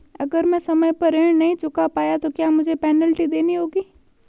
अगर मैं समय पर ऋण नहीं चुका पाया तो क्या मुझे पेनल्टी देनी होगी?